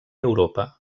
europa